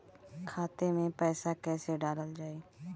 खाते मे पैसा कैसे डालल जाई?